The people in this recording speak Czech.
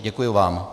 Děkuji vám.